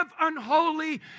unholy